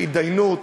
התדיינות